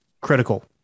critical